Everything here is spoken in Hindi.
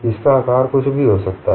इसका आकार कुछ भी हो सकता है